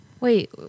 Wait